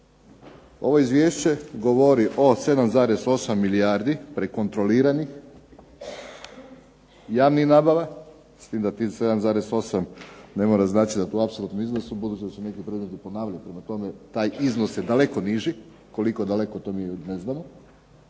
ovo izvješće govori o 7,8 milijardi prekontroliranih javnih nabava, s tim da tih 7,8 ne mora znači ... /Govorni udaljen od mikrofona, ne čuje se./ .. taj iznos je daleko niži. Koliko daleko to mi ne znamo.